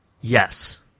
yes